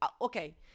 Okay